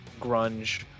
grunge